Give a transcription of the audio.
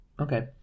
Okay